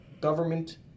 government